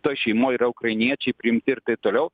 toj šeimoj yra ukrainiečiai priimti ir taip toliau